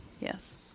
Yes